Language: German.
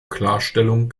klarstellung